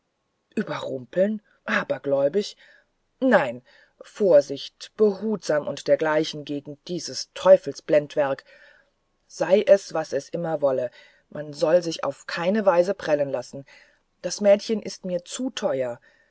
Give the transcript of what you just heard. überrumpeln abergläubig nein vorsichtig behutsam und dergleichen gegen dies teufelsblendwerk sei es was es immer wolle man soll sich auf keine weise prellen lassen das mädchen ist mir zu teuer